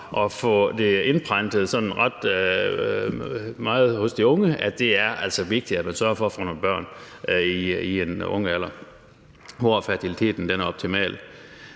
at få indprentet ret klart hos de unge, at det altså er vigtigt, at man sørger for at få nogle børn i en ung alder, hvor fertiliteten er optimal.